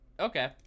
Okay